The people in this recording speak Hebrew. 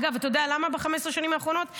אגב, אתה יודע למה ב-15 השנים האחרונות?